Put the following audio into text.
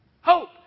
Hope